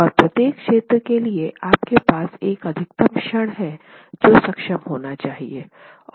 और प्रत्येक क्षेत्र के लिए आपके पास एक अधिकतम क्षण है जो सक्षम होना चाहिए